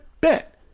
bet